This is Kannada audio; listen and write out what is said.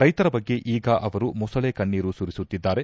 ರೈತರ ಬಗ್ಗೆ ಈಗ ಅವರು ಮೊಸಳೆ ಕಣ್ಣೀರು ಸುರಿಸುತ್ತಿದ್ದಾರೆ